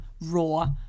raw